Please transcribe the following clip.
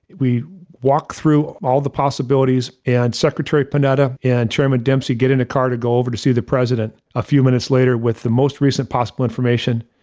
we walked through all the possibilities, and secretary panetta and chairman dempsey get in a car to go over to see the president a few minutes later with the most recent possible information,